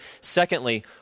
Secondly